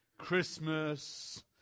christmas